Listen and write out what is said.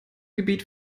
gebiet